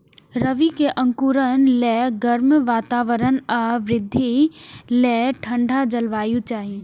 रबी के अंकुरण लेल गर्म वातावरण आ वृद्धि लेल ठंढ जलवायु चाही